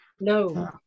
no